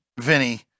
Vinny